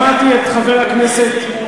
הוא היה, שמעתי את חבר, נכנס לפה?